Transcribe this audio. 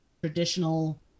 traditional